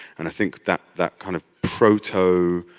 and i think that that kind of proto.